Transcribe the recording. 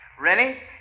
Rennie